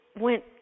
went